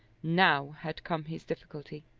now had come his difficulty.